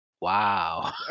Wow